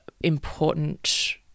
important